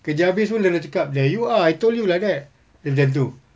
kerja habis tu dia lah cakap there you are I told you like that dia cakap macam tu